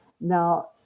Now